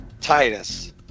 Titus